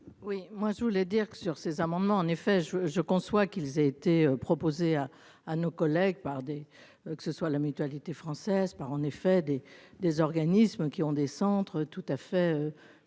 Oui moi je voulais dire que sur ces amendements en effet je je conçois qu'ils aient été proposé à nos collègues par des. Que ce soit la Mutualité française par en effet des des organismes qui ont des centres. Tout à fait classique